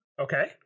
Okay